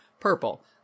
purple